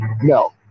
no